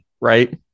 right